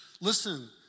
Listen